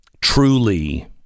truly